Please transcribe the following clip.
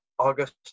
August